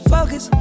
Focus